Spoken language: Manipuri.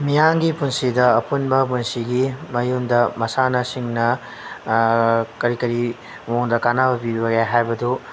ꯃꯤꯌꯥꯝꯒꯤ ꯄꯨꯟꯁꯤꯗ ꯑꯄꯨꯟꯕ ꯄꯨꯟꯁꯤꯒꯤ ꯃꯥꯑꯣꯟꯗ ꯃꯁꯥꯟꯅꯁꯤꯡꯅ ꯀꯔꯤ ꯀꯔꯤ ꯃꯉꯣꯟꯗ ꯀꯥꯟꯅꯕ ꯄꯤꯕꯒꯦ ꯍꯥꯏꯕꯗꯨ